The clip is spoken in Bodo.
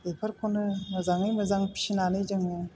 बेफोरखौनो मोजाङै मोजां फोसिनानै जोङो